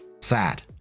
Sad